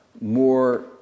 more